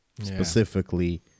specifically